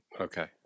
Okay